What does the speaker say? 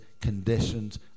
conditions